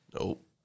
Nope